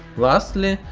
lastly,